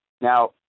Now